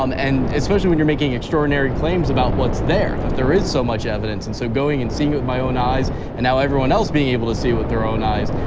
um and especially when you're making extraordinary claims about what's there, that there is so much evidence. and so going and seeing it with my own eyes and now everyone else being able to see it with their own eyes,